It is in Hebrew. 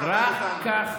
רק כך